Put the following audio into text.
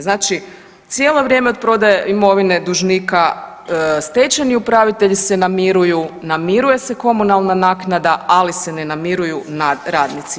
Znači cijelo vrijeme od prodaje imovine dužnika stečajni upravitelji se namiruju, namiruje se komunalna naknada, ali se ne namiruju radnici.